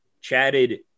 chatted